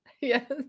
Yes